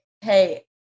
Hey